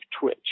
Twitch